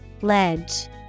Ledge